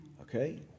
okay